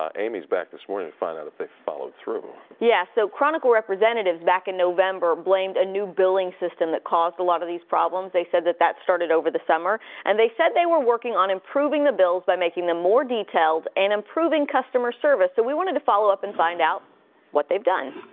um amy is back this morning to find out if they followed through. yeah so chronicle representatives back in november blamed a new billing system that caused a lot of these problems. they said that that started over the sturm and they said they were working on improving the bills by making them more detailed and improving customer service, so we wanted to follow up and find out what they've done.